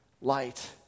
light